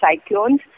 cyclones